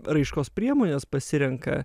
raiškos priemones pasirenka